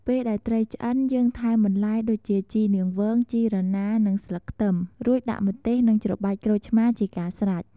ពេលដែលត្រីឆ្អឹងយើងថែមបន្លែដូចជា ជីនាងវង ជីរណា និងស្លឹកខ្ទឹម រួចដាក់ម្ទេសនិងច្របាច់ក្រូចឆ្មាជាការស្រេច។